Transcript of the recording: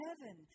heaven